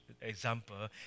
example